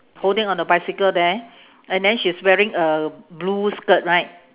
holding on the bicycle there and then she's wearing a blue skirt right